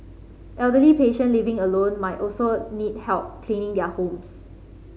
elderly patient living alone might also need help cleaning their homes